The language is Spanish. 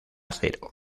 cero